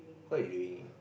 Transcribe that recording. what you doing